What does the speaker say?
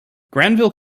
granville